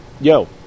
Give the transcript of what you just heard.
yo